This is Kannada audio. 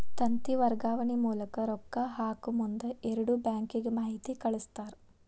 ತಂತಿ ವರ್ಗಾವಣೆ ಮೂಲಕ ರೊಕ್ಕಾ ಹಾಕಮುಂದ ಎರಡು ಬ್ಯಾಂಕಿಗೆ ಮಾಹಿತಿ ಕಳಸ್ತಾರ